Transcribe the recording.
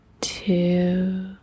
two